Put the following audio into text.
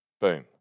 Boom